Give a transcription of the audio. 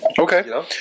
Okay